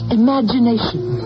imagination